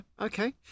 okay